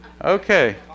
Okay